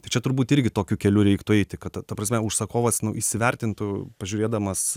tai čia turbūt irgi tokiu keliu reiktų eiti kad ta ta prasme užsakovas nu įsivertintų pažiūrėdamas